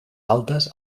altes